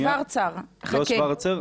שוורצר --- אני לא שוורצר,